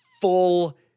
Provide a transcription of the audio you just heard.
full